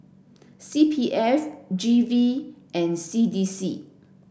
C P F G V and C D C